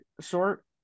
short